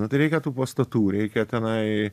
nu tai reikia tų pastatų reikia tenai